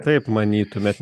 taip manytumėt